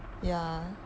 ya